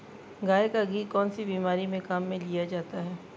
गाय का घी कौनसी बीमारी में काम में लिया जाता है?